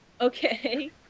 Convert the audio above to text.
Okay